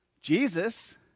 Jesus